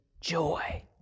joy